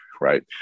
right